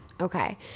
okay